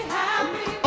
happy